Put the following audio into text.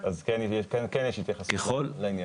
אז כן יש התייחסות לעניין.